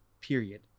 period